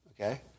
Okay